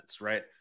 right